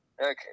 Okay